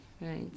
Right